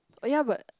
oh ya but